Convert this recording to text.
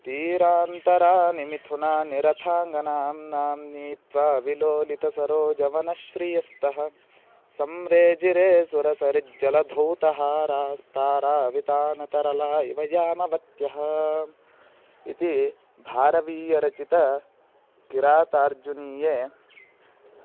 तीरान्तराणि मिथुनानि रथाङ्गनाम्नां नीत्वा विलोलितसरोजवनश्रियस्तः सम्रेजिरे सुरसरिज्जलधौतहारास्तारावितानतरला इवयामवत्यः इति भारवीयरचिते किरातार्जुनीये